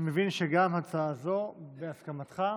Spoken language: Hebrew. אני מבין שגם בהצעה זו, בהסכמתך,